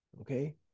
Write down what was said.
Okay